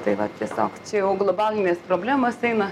tai va tiesiog čia o globalinės problemos eina